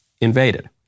invaded